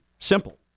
Simple